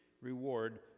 reward